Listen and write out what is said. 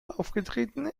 aufgetreten